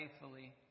faithfully